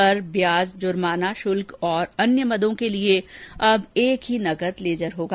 कर ब्याज जुर्माना शुल्क और अन्य मदों के लिए अब एक ही नकद लेजर होगा